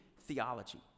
theology